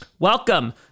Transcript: Welcome